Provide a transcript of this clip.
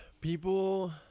people